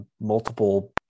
multiple